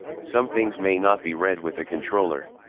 some things may not be read with a controller.